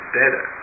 better